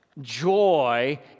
Joy